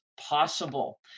possible